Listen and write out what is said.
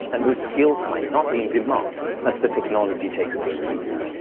and whose skills might not be in demand as the technology takes a new leap.